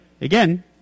Again